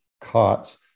cots